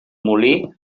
molí